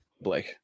Blake